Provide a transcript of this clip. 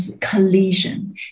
collision